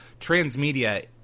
transmedia